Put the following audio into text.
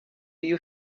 you